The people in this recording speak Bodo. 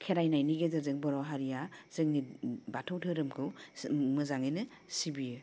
खेराइनायनि गेजेरजों बर' हारिया जोंनि बाथौ दोहोरोमखौ मोजाङैनो सिबियो